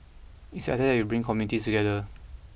it's the idea that you bring communities together